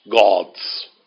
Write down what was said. gods